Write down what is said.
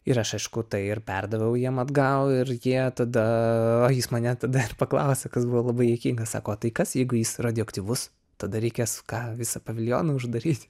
ir aš aišku tai ir perdaviau jiem atgal ir jie tada o jis mane tada paklausė kas buvo labai juokinga sako o tai kas jeigu jis radioaktyvus tada reikės ką visą paviljoną uždaryt